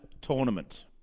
tournament